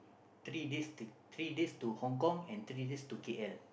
three days to three days to Hong Kong and three days to K_L